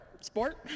sport